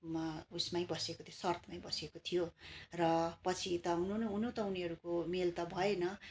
म उइसमै बसेको त्यो सर्तमै बसेको थियो र पछि त हुनु हुनु त उनीहरूको मेल त भएन